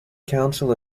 council